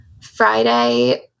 Friday